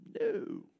No